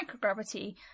microgravity